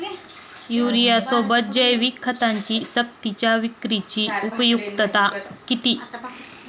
युरियासोबत जैविक खतांची सक्तीच्या विक्रीची उपयुक्तता किती?